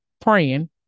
praying